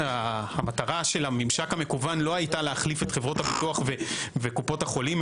המטרה של הממשק המקוון לא הייתה להחליף את חברות הביטוח וקופות החולים,